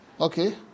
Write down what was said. Okay